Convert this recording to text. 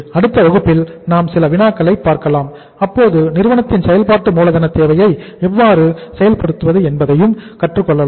அடுத்த வகுப்பில் நாம் சில வினாக்களை பார்க்கலாம் அப்போது நிறுவனத்தின் செயல்பாட்டு மூலதன தேவையை எவ்வாறு செயல்படுத்துவது என்பதை கற்றுக்கொள்ளலாம்